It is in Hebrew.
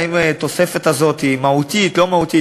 האם התוספת הזאת היא מהותית או לא מהותית.